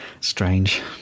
Strange